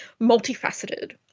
multifaceted